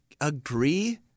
agree